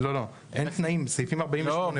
אין תנאים בסעיפים 48(ב)